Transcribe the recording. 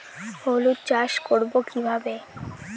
হলুদ চাষ করব কিভাবে?